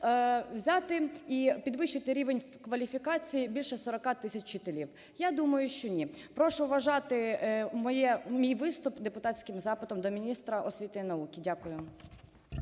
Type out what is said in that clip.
взяти і підвищити рівень кваліфікації більше 40 тисяч вчителів? Я думаю, що ні. Прошу вважати мій виступ депутатським запитом до міністра освіти і науки. Дякую.